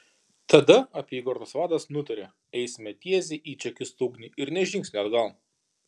tada apygardos vadas nutarė eisime tiesiai į čekistų ugnį ir nė žingsnio atgal